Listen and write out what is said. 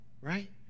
right